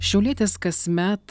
šiaulietis kasmet